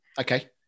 Okay